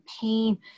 pain